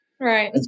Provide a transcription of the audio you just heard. Right